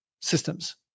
systems